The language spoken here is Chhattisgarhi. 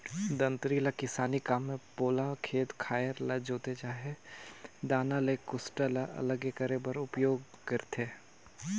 दँतरी ल किसानी काम मे पोला खेत खाएर ल जोते चहे दाना ले कुसटा ल अलगे करे बर उपियोग करथे